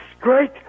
great